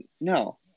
no